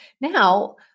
now